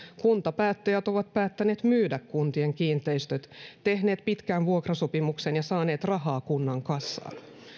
kuntapäättäjät ovat päättäneet myydä kuntien kiinteistöt tehneet pitkän vuokrasopimuksen ja saaneet rahaa kunnan kassaan